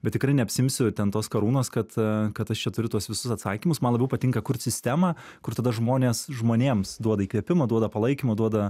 bet tikrai neapsiimsiu ten tos karūnos kad kad aš čia turiu tuos visus atsakymus man labiau patinka kurt sistemą kur tada žmonės žmonėms duoda įkvėpimą duoda palaikymo duoda